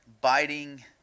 biting